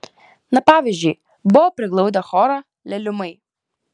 na pavyzdžiui buvo priglaudę chorą leliumai